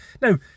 now